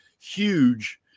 huge